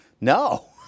no